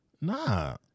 Nah